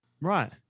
Right